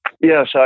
Yes